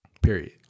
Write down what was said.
Period